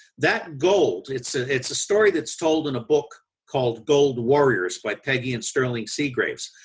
that gold, it's ah it's a story that's told in a book called gold warriors by peggy and sterling seagraves,